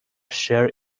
share